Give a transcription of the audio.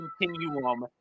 continuum